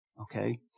Okay